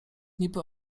niby